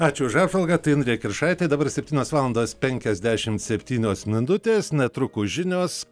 ačiū už apžvalgą tai indrė kiršaitė dabar septynios valandos penkiasdešimt septynios minutės netrukus žinios